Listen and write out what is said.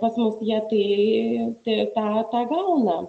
pas mus jie tai tą tą gauna